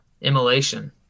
immolation